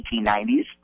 1890s